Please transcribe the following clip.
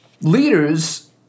Leaders